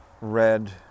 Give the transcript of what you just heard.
red